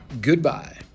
Goodbye